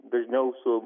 dažniau su